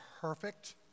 perfect